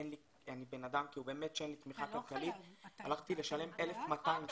אין לי תמיכה כלכלית הלכתי לשלם 1,200 שקלים.